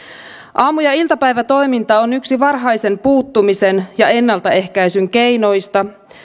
aamu ja iltapäivätoiminta on yksi varhaisen puuttumisen ja ennaltaehkäisyn keinoista